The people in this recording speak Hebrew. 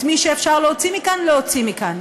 את מי שאפשר להוציא מכאן, להוציא מכאן.